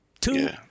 Two